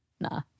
Nah